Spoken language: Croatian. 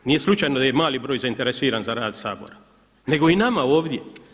Nije slučajno da je mali broj zainteresiran za rad Sabora, nego i nama ovdje.